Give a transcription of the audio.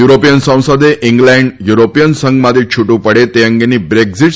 European સંસદે England European સંઘમાંથી છુટુ પડે તે અંગેની બ્રેકઝીટ